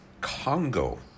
Congo